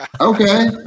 Okay